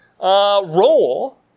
role